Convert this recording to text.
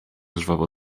żwawo